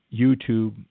YouTube